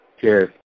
Cheers